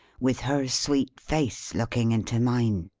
with her sweet face looking into mine.